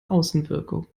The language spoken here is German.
außenwirkung